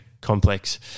complex